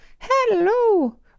Hello